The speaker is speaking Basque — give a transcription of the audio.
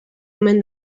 omen